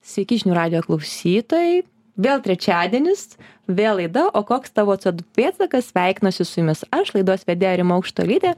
sveiki žinių radijo klausytojai vėl trečiadienis vėl laida o koks tavo c du pėdsakas sveikinuosi su jumis aš laidos vedėja rima aukštuolytė